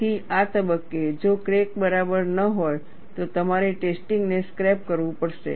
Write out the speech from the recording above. તેથી આ તબક્કે જો ક્રેક બરાબર ન હોય તો તમારે ટેસ્ટિંગ ને સ્ક્રેપ કરવું પડશે